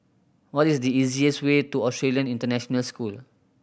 what is the easiest way to Australian International School